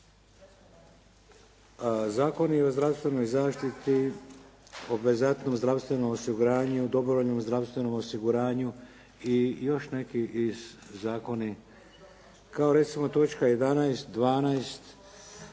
zakoni o zdravstvenoj zaštiti, obvezatnom zdravstvenom osiguranju, dobrovoljnom zdravstvenom osiguranju i još neki zakoni kao recimo točka 11., 12.,